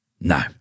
No